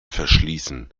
verschließen